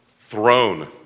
throne